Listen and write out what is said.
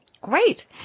Great